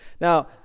Now